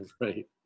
Right